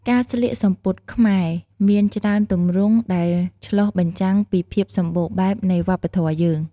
ការស្លៀកសំពត់ខ្មែរមានច្រើនទម្រង់ដែលឆ្លុះបញ្ចាំងពីភាពសម្បូរបែបនៃវប្បធម៌យើង។